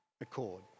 accord